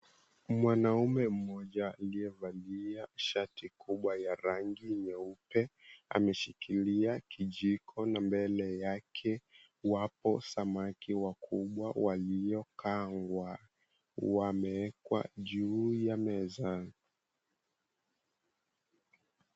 Mwanaume mmoja, aliyevalia shati kubwa ya rangi nyeupe, ameshikilia kijiko na mbele yake wapo samaki wakubwa waliokaangwa. Wamewekwa juu ya meza.